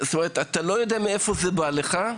אתה לא יודע מאיפה זה בא לך.